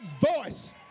voice